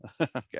okay